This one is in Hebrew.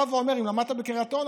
בא ואומר: אם למדת בקריית אונו,